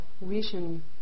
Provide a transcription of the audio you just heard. vision